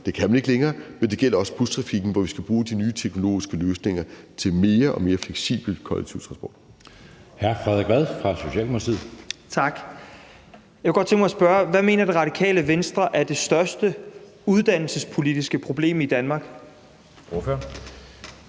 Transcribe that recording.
det kan man ikke længere – men det gælder også bustrafikken, hvor vi skal bruge de nye teknologiske løsninger til mere og mere fleksibel kollektiv transport. Kl. 19:43 Anden næstformand (Jeppe Søe): Hr. Frederik Vad fra Socialdemokratiet. Kl. 19:43 Frederik Vad (S): Tak. Jeg kunne godt tænke mig at spørge: Hvad mener Radikale Venstre er det største uddannelsespolitiske problem i Danmark? Kl.